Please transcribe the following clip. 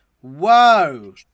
Whoa